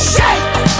Shake